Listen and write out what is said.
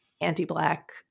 anti-Black